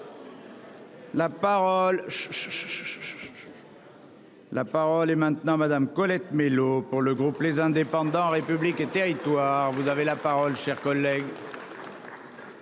La parole est maintenant Madame, Colette Mélot pour le groupe les indépendants République et Territoires, vous avez la parole, cher collègue.